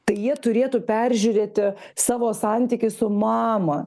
tai jie turėtų peržiūrėti savo santykį su mama